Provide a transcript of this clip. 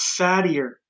fattier